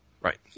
Right